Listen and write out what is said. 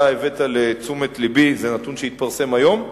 אתה הבאת לתשומת לבי, זה נתון שהתפרסם היום?